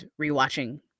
rewatching